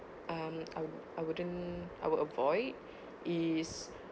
um I would I wouldn't I would avoid is